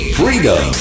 freedom